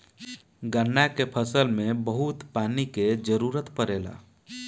गन्ना के फसल में बहुत पानी के जरूरत पड़ेला